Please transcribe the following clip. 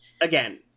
again